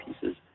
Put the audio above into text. pieces